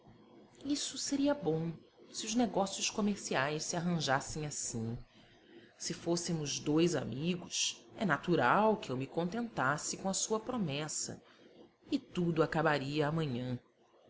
isso seria bom se os negócios comerciais se arranjassem assim se fôssemos dois amigos é natural que eu me contentasse com a sua promessa e tudo acabaria amanhã